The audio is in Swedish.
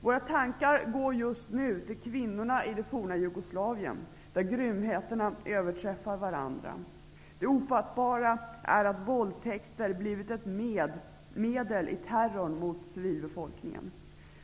Våra tankar går just nu till kvinnorna i det forna Jugoslavien där grymheterna överträffar varandra. Det ofattbara är att våldtäkter har blivit ett medel i terrorn mot civilbefolkningen.